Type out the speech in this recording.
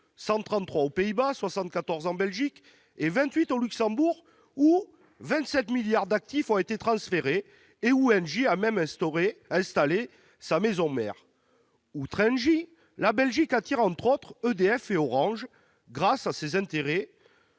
133 aux Pays-Bas, 74 en Belgique et 28 au Luxembourg, où 27 milliards d'actifs ont été transférés et où Engie a même installé sa maison mère. Outre Engie, la Belgique attire entre autres EDF et Orange grâce à ces intérêts